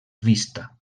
vista